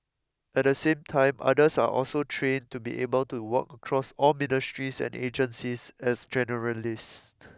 at the same time others are also trained to be able to work across all ministries and agencies as generalists